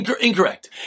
Incorrect